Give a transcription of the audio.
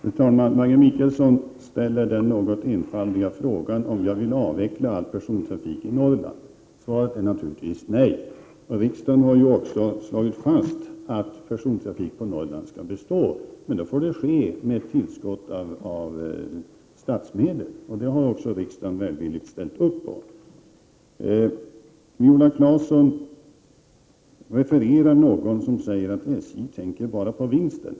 Fru talman! Maggi Mikaelsson ställer den något enfaldiga frågan om jag vill avveckla all persontrafik i Norrland. Svaret är naturligtvis nej. Riksdagen har också slagit fast att persontrafik på Norrland skall bestå men att det får ske med ett tillskott av statsmedel, vilket riksdagen också välvilligt har ställt upp med. Viola Claesson refererar någon som säger att SJ tänker bara på vinsten.